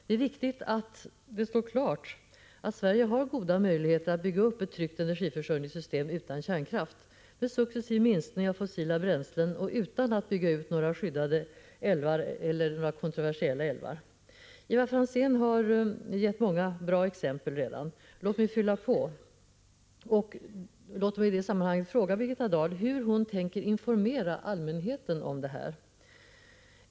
Det är viktigt att det står klart att Sverige har goda möjligheter att bygga upp ett tryggt energiförsörjningssystem utan kärnkraft, med en successiv minskning av användningen av fossila bränslen och utan att bygga ut några skyddade eller ”kontroversiella” älvar. Ivar Franzén har redan gett många bra exempel. Låt mig fylla på med ytterligare några och i det sammanhanget få fråga Birgitta Dahl om hur hon tänker informera allmänheten i denna fråga.